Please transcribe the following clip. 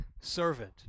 servant